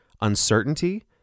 uncertainty